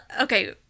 okay